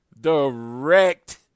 direct